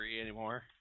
anymore